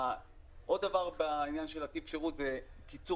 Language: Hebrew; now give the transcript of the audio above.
עוד דבר בעניין של טיב השירות זה קיצור